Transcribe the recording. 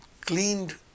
cleaned